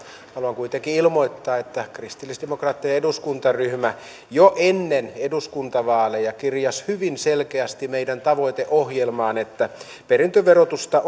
haluan kuitenkin ilmoittaa että kristillisdemokraattinen eduskuntaryhmä jo ennen eduskuntavaaleja kirjasi hyvin selkeästi meidän tavoiteohjelmaamme että perintöverotusta